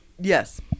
Yes